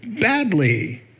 badly